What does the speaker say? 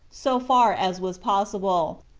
so far as was possible,